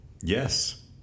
Yes